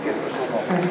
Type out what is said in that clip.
שר הפנים,